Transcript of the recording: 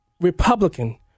Republican